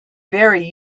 very